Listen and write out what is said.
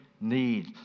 need